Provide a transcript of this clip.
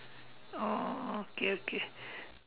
oh okay okay